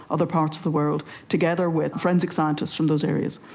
other parts of the world together with forensic scientists from those areas,